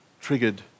triggered